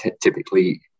typically